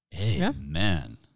Amen